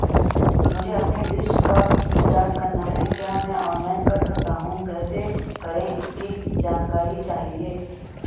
मुझे अपनी डिश का रिचार्ज करना है क्या मैं ऑनलाइन कर सकता हूँ कैसे करें इसकी जानकारी चाहिए?